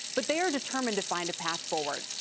but they are determined to find a path forward.